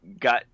got